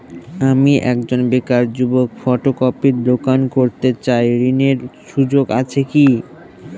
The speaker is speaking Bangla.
আমি একজন বেকার যুবক ফটোকপির দোকান করতে চাই ঋণের সুযোগ আছে কি?